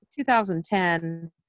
2010